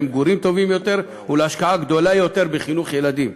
למגורים טובים יותר ולהשקעה גדולה יותר בחינוך הילדים.